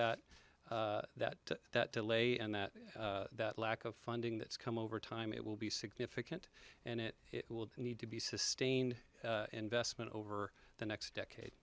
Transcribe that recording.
that that that delay and that that lack of funding that's come over time it will be significant and it will need to be sustained investment over the next decade